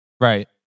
right